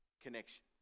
Connection